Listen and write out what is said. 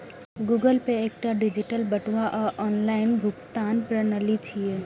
Google Pay एकटा digital बटुआ आ ऑनलाइन भुगतान प्रणाली छियै